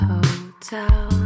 Hotel